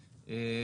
שיקבע,